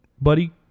buddy